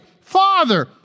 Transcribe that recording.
Father